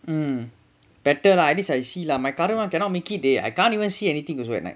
mmhmm better lah at least I see lah my current [one] cannot make it they I can't even see anything also at night